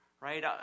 right